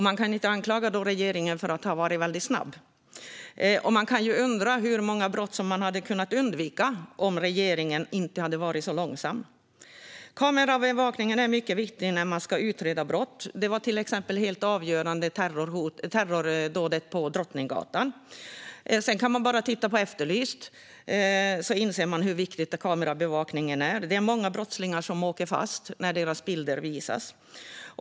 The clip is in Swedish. Man kan inte anklaga regeringen för att ha varit väldigt snabb. Och man kan undra hur många brott som hade kunnat undvikas om regeringen inte hade varit så långsam. Kamerabevakning är mycket viktig när man ska utreda brott och var till exempel helt avgörande vid terrorattentatet på Drottninggatan. Sedan kan man titta på Efterlyst för att inse hur viktig kamerabevakningen är. Det är många brottslingar som åker fast när deras bilder visas.